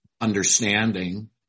understanding